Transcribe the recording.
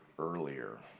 earlier